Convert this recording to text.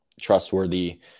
trustworthy